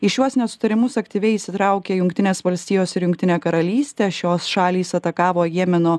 į šiuos nesutarimus aktyviai įsitraukė jungtinės valstijos ir jungtinė karalystė šios šalys atakavo jemeno